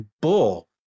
bull